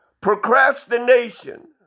Procrastination